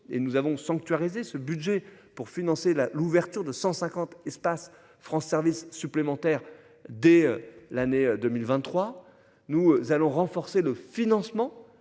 et nous avons sanctuarisé ce budget pour financer la l'ouverture de 150 espace France service supplémentaires dès l'année 2023, nous allons renforcer le financement